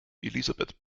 elisabeth